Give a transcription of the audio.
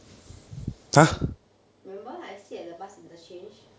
remember I sit at the bus interchange